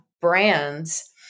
brands